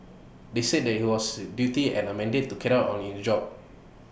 they said that he was A duty and A mandate to carry on in the job